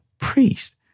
priest